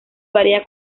varía